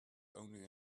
only